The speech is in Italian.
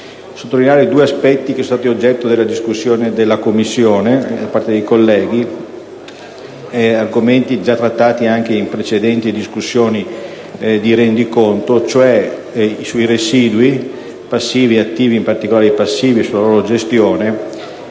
sottolineare due aspetti che sono stati oggetto della discussione in Commissione da parte dei colleghi. Mi riferisco ad argomenti trattati anche in precedenti discussioni di rendiconto relativamente ai residui passivi e attivi e in particolare sui passivi e sulla loro gestione